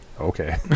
Okay